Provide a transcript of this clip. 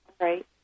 Right